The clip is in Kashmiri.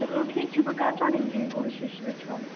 چلو ٹھیٖک چھُ بہٕ کَرٕ پَنٕنۍ کِنۍ کوٗشِش وُچھو